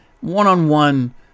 one-on-one